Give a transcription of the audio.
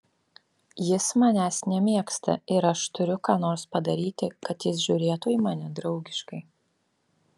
jis manęs nemėgsta ir aš turiu ką nors padaryti kad jis žiūrėtų į mane draugiškai